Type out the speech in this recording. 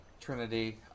Trinity